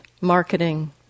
marketing